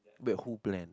wait who plan